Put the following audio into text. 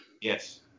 Yes